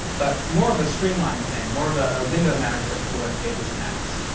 but more of a streamlined thing, more of a a window manager for webpages and apps.